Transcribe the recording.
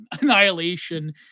annihilation